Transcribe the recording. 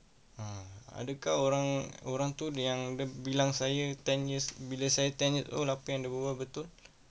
ah adakah orang orang tu dia yang ada bilang saya ten years bila saya ten-year-old akan betul